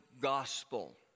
gospel